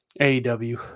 AEW